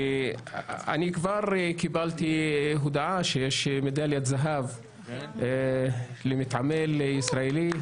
קיבלתי הודעה שיש מדליית זהב למתעמל ישראלי.